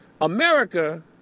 America